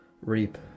reap